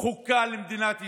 חוקה למדינת ישראל,